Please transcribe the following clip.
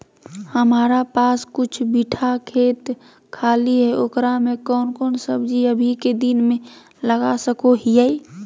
हमारा पास कुछ बिठा खेत खाली है ओकरा में कौन कौन सब्जी अभी के दिन में लगा सको हियय?